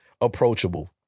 approachable